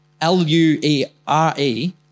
L-U-E-R-E